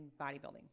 bodybuilding